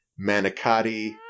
manicotti